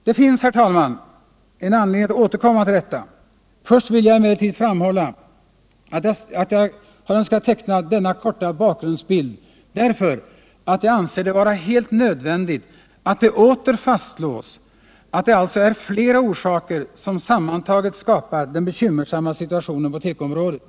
Det finns, herr talman, anledning att återkomma till detta. Först vill jag emellertid framhålla att jag har önskat kort teckna denna bakgrundsbild därför att jag anser det vara helt nödvändigt att åter fastslå att det är flera orsaker som sammantagna skapat den bekymmersamma situationen på tekoområdet.